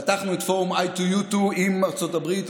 פתחנו את פורום I2-U2 עם ארצות הברית,